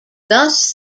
thus